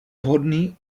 vhodný